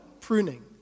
pruning